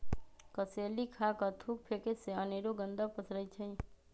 कसेलि खा कऽ थूक फेके से अनेरो गंदा पसरै छै